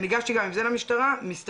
וניגשתי גם עם זה למשטרה, מסתבר,